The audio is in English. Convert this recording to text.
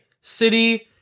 City